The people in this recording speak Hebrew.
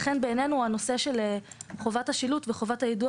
לכן בעינינו הנושא של חובת השילוט וחובת היידוע